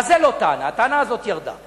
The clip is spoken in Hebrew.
אז זו לא טענה, הטענה הזאת ירדה.